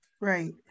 Right